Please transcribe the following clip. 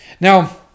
Now